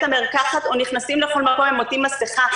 המרקחת או נכנסים למרכול הם עוטים מסיכה.